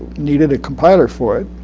needed a compiler for it.